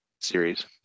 series